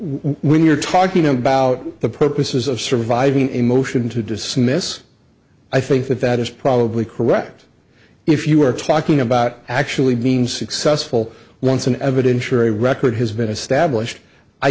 when you're talking about the purposes of surviving a motion to dismiss i think that that is probably correct if you are talking about actually means successful once an evidentiary record has